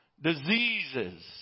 Diseases